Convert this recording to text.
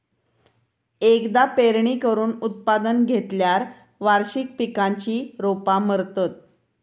एकदा पेरणी करून उत्पादन घेतल्यार वार्षिक पिकांची रोपा मरतत